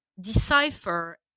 decipher